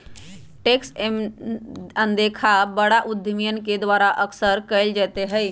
tax अनदेखा बड़ा उद्यमियन के द्वारा अक्सर कइल जयते हई